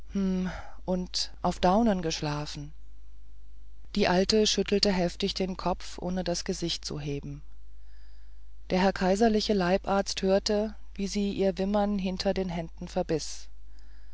und auf daunen geschlafen der alte schüttelte heftig den kopf ohne das gesicht zu heben der herr kaiserliche leibarzt hörte wie sie ihr wimmern hinter den händen verbiß